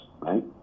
right